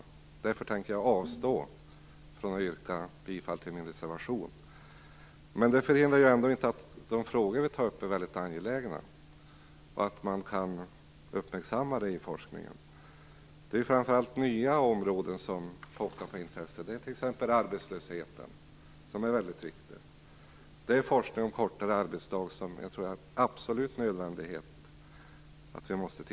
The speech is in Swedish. Därför tänker jag avstå från att yrka bifall till min reservation. Men det hindrar inte att de frågor vi tar upp är väldigt angelägna, och att man kan uppmärksamma dem i forskningen. Framför allt är det nya områden som pockar på intresset. Det är t.ex. arbetslösheten, som är väldigt viktig. Det är också forskning om kortare arbetsdag, något som jag tror att det är absolut nödvändigt att vi tittar på.